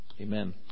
Amen